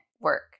work